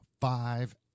Five